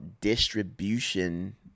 distribution